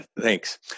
Thanks